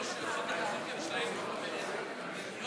(33) של קבוצת סיעת המחנה הציוני וחברי הכנסת בצלאל